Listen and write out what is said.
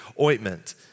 ointment